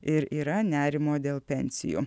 ir yra nerimo dėl pensijų